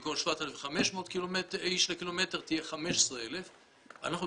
במקום 7,500 איש לקילומטר תהיה 15,000. אנחנו,